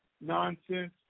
nonsense